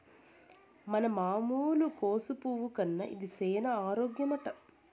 మన మామూలు కోసు పువ్వు కన్నా ఇది సేన ఆరోగ్యమట